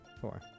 Four